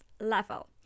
level